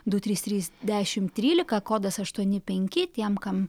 du trys trys dešimt trylika kodas aštuoni penki tiem kam